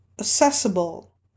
accessible